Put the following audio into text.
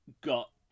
got